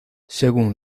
según